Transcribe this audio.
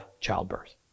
childbirth